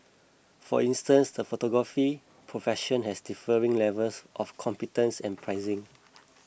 for instance the photography profession has differing levels of competence and pricing